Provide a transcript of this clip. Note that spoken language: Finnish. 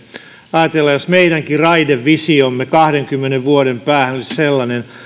ajatella jos meidänkin raidevisiomme kahdenkymmenen vuoden päähän olisi sellainen